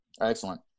Excellent